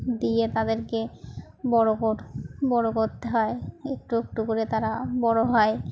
দিয়ে তাদেরকে বড়ো কর বড়ো করতে হয় একটু একটু করে তারা বড়ো হয়